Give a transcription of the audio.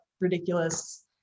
ridiculous